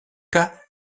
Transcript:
cas